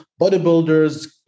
bodybuilders